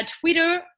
Twitter